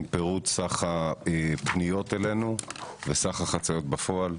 פירוט סך הפניות אלינו וסך החציות בפועל.